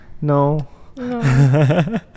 no